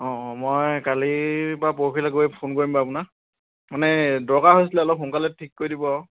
অঁ অঁ মই কালি বা পৰহিলে গৈ ফোন কৰিম বাৰু আপোনাক মানে দৰকাৰ হৈছিলে অলপ সোনকালে ঠিক কৰি দিব